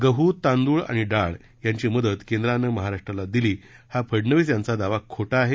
गहू तांदूळ आणि डाळ यांची मदत केंद्राने महाराष्ट्राला केली हा फडणवीस यांचा दावा खोटा आहे